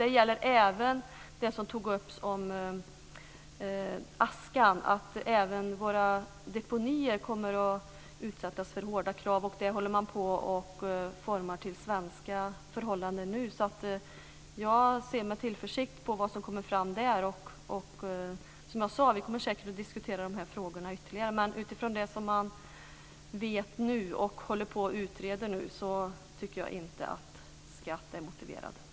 Det gäller även det som togs upp om askan. Även våra deponier kommer att utsättas för hårda krav. Man håller nu på att utforma detta efter svenska förhållanden. Jag ser med tillförsikt på vad som kommer ut av det. Som jag sade kommer vi säkert att diskutera de här frågorna ytterligare. Men utifrån det som man nu vet och som man håller på att utreda tycker jag inte att det är motiverat med skatt.